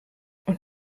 und